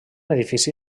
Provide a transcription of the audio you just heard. edifici